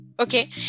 Okay